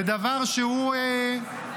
זה דבר שהוא תקדימי.